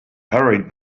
hurried